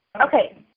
okay